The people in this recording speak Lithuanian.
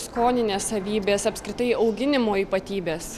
skoninės savybės apskritai auginimo ypatybės